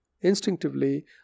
instinctively